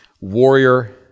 warrior